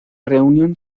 reunión